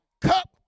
cup